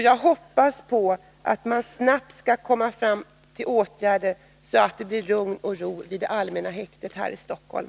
Jag hoppas att man snabbt skall komma fram till åtgärder så att det blir lugn och ro vid allmänna häktet i Stockholm.